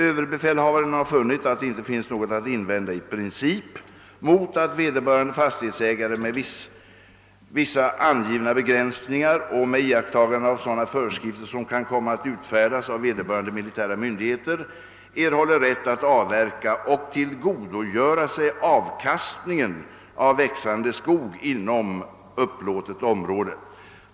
Överbefälhavaren har funnit att det inte finns något att invända i princip mot att vederbörande fastighetsägare, med vissa angivna begränsningar och med iakttagande av sådana föreskrifter som kan komma att utfärdas av vederbörande militära myndighet, erhåller rätt att avverka och tillgodogöra sig avkastningen av växande skog inom upplåtet område.